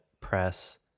press